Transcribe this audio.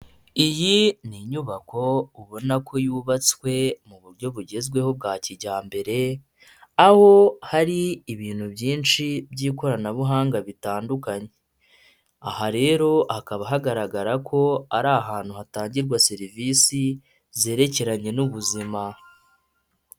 Iyi ni inyubako ubona ko yubatswe mu buryo bugezweho bwa kijyambere, aho hari ibintu byinshi by'ikoranabuhanga bitandukanye. Aha rero hakaba hagaragara ko ari ahantu hatangirwa serivisi zerekeranye n'ubuzima.